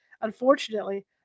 Unfortunately